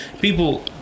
People